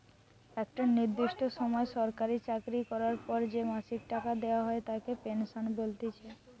একটা নির্দিষ্ট সময় সরকারি চাকরি করার পর যে মাসিক টাকা দেওয়া হয় তাকে পেনশন বলতিছে